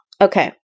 Okay